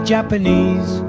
Japanese